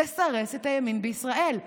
לסרס את הימין בישראל.